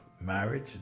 marriage